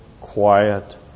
quiet